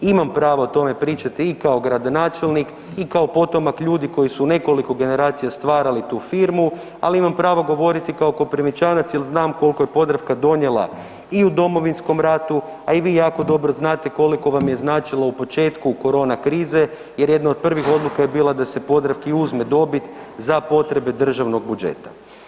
Imamo pravo o tome pričati i kao gradonačelnik i kao potomak ljudi koji su nekoliko generacija stvarali tu firmu, ali imamo pravo govoriti i kao Koprivničanac jer znam koliko je Podravka donijela i u Domovinskom ratu, a i vi jako dobro znate koliko vam je značilo u početku korona krize, jer jedno od prvih odluka je bila da se Podravki uzme dobit za potrebe državnog budžeta.